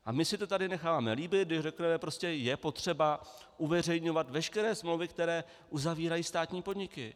A my si to tady necháváme líbit, když řekneme: prostě je potřeba uveřejňovat veškeré smlouvy, které uzavírají státní podniky.